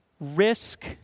risk